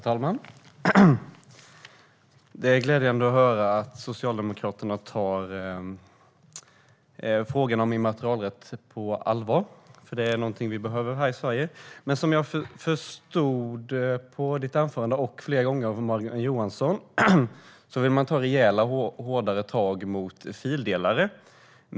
Herr talman! Det är glädjande att höra att Socialdemokraterna tar frågan om immaterialrätt på allvar, för det är något vi behöver här i Sverige. Som jag förstod ditt anförande, Per-Arne Håkansson, och förstår det Morgan Johansson har sagt flera gånger vill ni ta rejäla och hårdare tag mot fildelare.